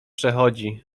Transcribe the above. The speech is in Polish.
przechodzi